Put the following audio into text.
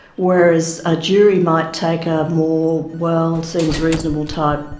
whereas a jury might take a more, well, seems reasonable' type,